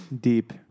Deep